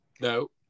No